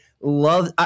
love